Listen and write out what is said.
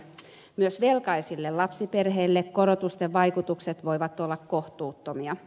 myös velkaisille lapsiperheille korotusten vaikutukset voivat olla kohtuuttomia